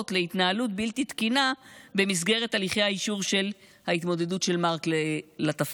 להתנהלות בלתי תקינה במסגרת הליכי האישור של ההתמודדות של מארק לתפקיד.